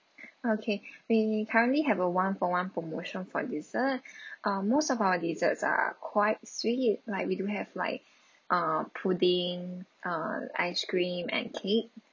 okay we currently have a one for one promotion for dessert uh most of our desserts are quite sweet like we do have like uh pudding uh ice cream and cake